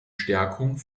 stärkung